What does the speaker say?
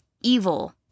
evil